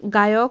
গায়ক